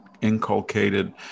inculcated